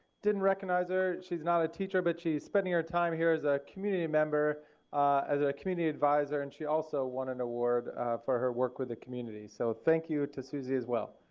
didn't recognize her she's not a teacher but she's spending her time here as a community member and ah community advisor and she also won and award for her work with the community, so thank you too susie as well.